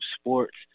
sports